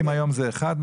אם היום זה 1,